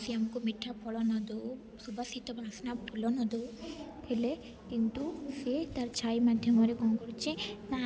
ସିଏ ଆମକୁ ମିଠା ଫଳ ନ ଦଉ ସୁବାଶୀତ ବାସ୍ନା ଫୁଲ ନ ଦଉ ହେଲେ କିନ୍ତୁ ସିଏ ତାର ଛାଇ ମାଧ୍ୟମରେ କଣ କରୁଚି ନା